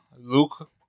Luke